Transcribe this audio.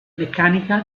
meccanica